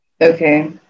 Okay